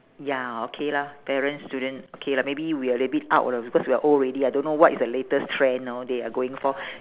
ya okay lah parents student okay lah maybe we a little bit out lah because we are old already I don't know what is the latest trend know they are going for